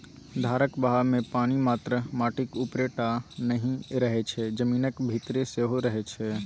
धारक बहावमे पानि मात्र माटिक उपरे टा नहि रहय छै जमीनक भीतर सेहो रहय छै